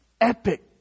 epic